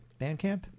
Bandcamp